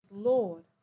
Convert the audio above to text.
Lord